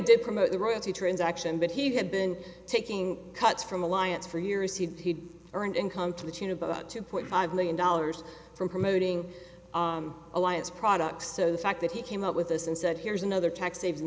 did promote the royalty transaction but he had been taking cuts from alliance for years he earned income to the tune of two point five million dollars from promoting alliance products so the fact that he came up with us and said here's another tax sav